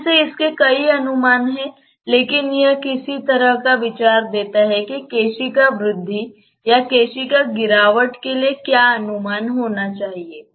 फिर से इसके कई अनुमान हैं लेकिन यह किसी तरह का विचार देता है कि केशिका वृद्धि या केशिका गिरावट के लिए क्या अनुमान होना चाहिए